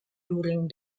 during